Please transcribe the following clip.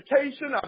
education